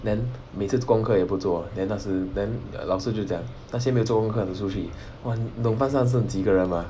then 每次功课也不做 then 那时 then 老师就讲那些没有做功课的出去 !wah! 你懂班上剩几个人吗